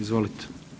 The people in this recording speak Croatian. Izvolite.